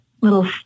little